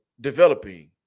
developing